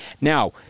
Now